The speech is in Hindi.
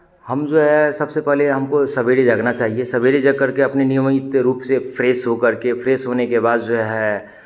हम जो है सबसे पहले हमको सवेरे जागना चाहिए सवेरे जग करके अपने नियमित रूप से फ्रेश हो करके फ्रेश होने के बाद जो है